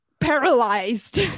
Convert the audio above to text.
paralyzed